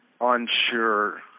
unsure